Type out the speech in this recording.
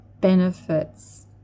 benefits